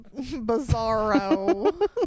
bizarro